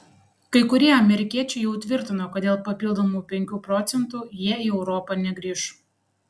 kai kurie amerikiečiai jau tvirtino kad dėl papildomų penkių procentų jie į europą negrįš